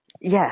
Yes